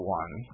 one